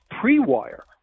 pre-wire